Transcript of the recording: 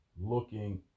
looking